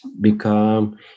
become